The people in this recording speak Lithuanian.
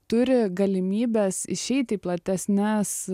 turi galimybes išeiti į platesnes